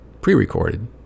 pre-recorded